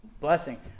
Blessing